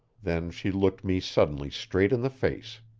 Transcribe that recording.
then she looked me suddenly straight in the face.